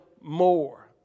more